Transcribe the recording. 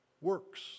works